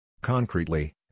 concretely